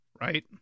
right